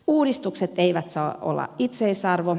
uudistukset eivät saa olla itseisarvo